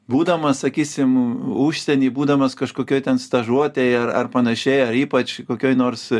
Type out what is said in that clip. būdamas sakysim užsieny būdamas kažkokioj ten stažuotėj ar ar panašiai ar ypač kokioj nors